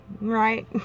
right